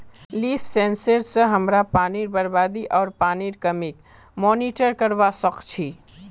leaf sensor स हमरा पानीर बरबादी आर पानीर कमीक मॉनिटर करवा सक छी